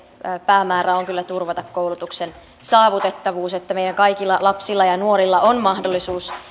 päämäärä on kyllä turvata koulutuksen saavutettavuus että meidän kaikilla lapsilla ja nuorilla on mahdollisuus